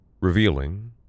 revealing